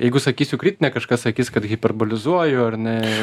jeigu sakysiu kritinę kažkas sakys kad hiperbolizuoju ar ne